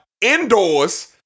Indoors